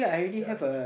ya